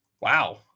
Wow